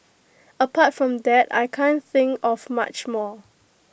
apart from that I can't think of much more